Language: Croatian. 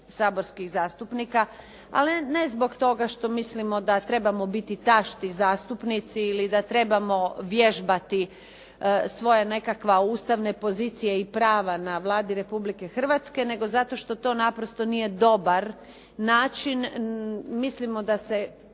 saborskih zastupnika, ali ne zbog toga što mislimo da trebamo biti tašti zastupnici ili da trebamo vježbati svoje nekakve ustavne pozicije i prava na Vladi Republike Hrvatske, nego zato što to naprosto nije dobar način. Mislimo da se